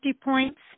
points